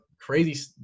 crazy